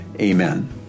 amen